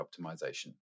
optimization